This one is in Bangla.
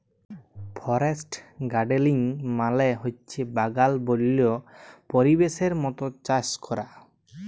ফরেস্ট গাড়েলিং মালে হছে বাগাল বল্য পরিবেশের মত চাষ ক্যরা